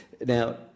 Now